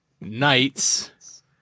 knights